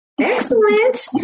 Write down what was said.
Excellent